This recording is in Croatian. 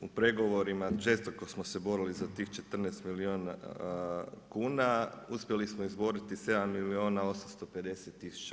U pregovorima žestoko smo se borili za 14 milijuna kuna, uspjeli smo izboriti 7 milijuna 850 kuna.